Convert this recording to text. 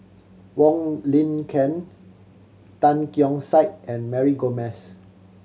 Wong Lin Ken Tan Keong Saik and Mary Gomes